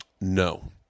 No